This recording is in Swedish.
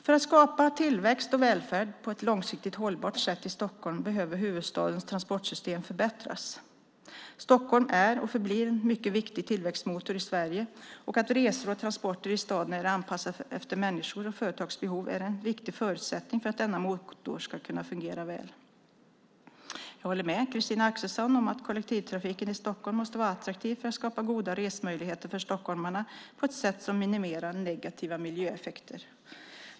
För att skapa tillväxt och välfärd på ett långsiktigt hållbart sätt i Stockholm behöver huvudstadens transportsystem förbättras. Stockholm är och förblir en mycket viktig tillväxtmotor i Sverige och att resor och transporter i staden är anpassade efter människors och företags behov är en viktig förutsättning för att denna motor ska fungera väl. Jag håller med Christina Axelsson om att kollektivtrafiken i Stockholm måste vara attraktiv för att skapa goda resmöjligheter för stockholmarna på ett sätt som minimerar negativa miljöeffekter.